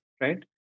right